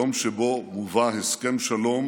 יום שבו הובא הסכם שלום